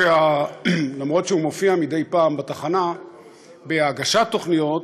למרות שהוא מופיע בתחנה בהגשת תוכניות,